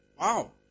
wow